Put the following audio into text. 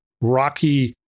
rocky